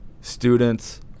students